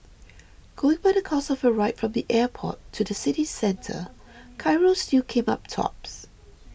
going by the cost of a ride from the airport to the city centre Cairo still came up tops